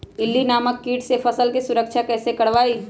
इल्ली नामक किट से फसल के सुरक्षा कैसे करवाईं?